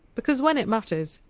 because when it matters,